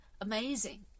amazing